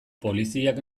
poliziak